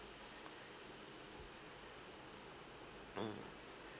mm